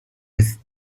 with